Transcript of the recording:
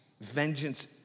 Vengeance